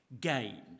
gain